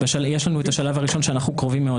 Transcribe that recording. יש לנו השלב הראשון שאנחנו קרובים מאוד